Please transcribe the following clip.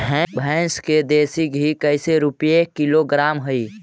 भैंस के देसी घी कैसे रूपये किलोग्राम हई?